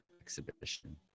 exhibition